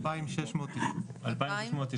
2,691 שקלים.